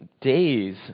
days